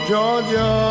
Georgia